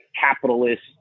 capitalist